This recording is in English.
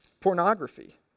Pornography